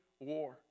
war